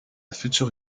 future